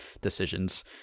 decisions